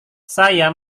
saya